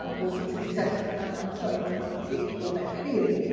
um all sorts of things. so i'm sorry you can't see it all that clearly